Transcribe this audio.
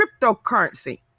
cryptocurrency